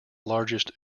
largest